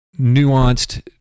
nuanced